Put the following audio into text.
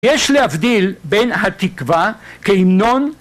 יש להבדיל בין התקווה כהמנון